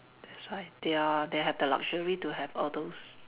that's why they are they have the luxury to have all those